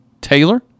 Taylor